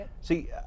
See